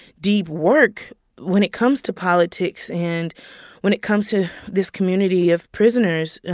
deep work when it comes to politics and when it comes to this community of prisoners,